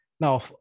Now